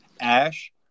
ash